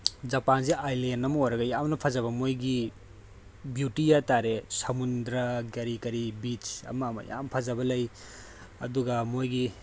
ꯖꯄꯥꯁꯦ island ꯑꯃ ꯑꯣꯏꯔꯒ ꯌꯥꯝꯅ ꯐꯖꯕ ꯃꯣꯏꯒꯤ ꯕ꯭ꯌꯨꯇꯤ ꯍꯥꯏꯕꯇꯔꯦ ꯁꯃꯨꯗ꯭ꯔ ꯀꯔꯤ ꯀꯔꯤ ꯕꯤꯆ ꯑꯃ ꯑꯃ ꯌꯥꯝ ꯐꯖꯕ ꯂꯩ ꯑꯗꯨꯒ ꯃꯣꯏꯒꯤ